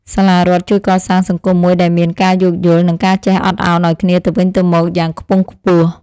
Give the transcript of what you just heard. សាលារដ្ឋជួយកសាងសង្គមមួយដែលមានការយោគយល់និងការចេះអត់ឱនឱ្យគ្នាទៅវិញទៅមកយ៉ាងខ្ពង់ខ្ពស់។